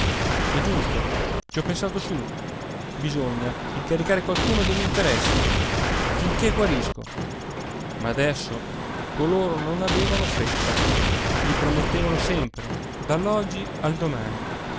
è giusto ci ho pensato su bisogna incaricare qualcuno dei miei interessi finchè guarisco ma adesso coloro non avevano fretta gli promettevano sempre dall'oggi al domani